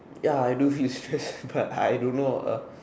ya I do feel stress but I don't know ah